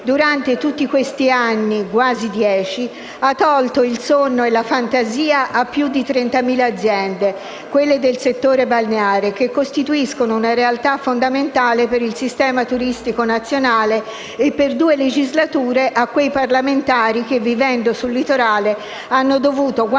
durante tutti questi anni (quasi dieci) ha tolto il sonno e la fantasia a più di 30.000 aziende, quelle del settore balneare, che costituiscono una realtà fondamentale per il sistema turistico nazionale, e per due legislature a quei parlamentari che, vivendo sul litorale, hanno dovuto quasi